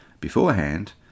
beforehand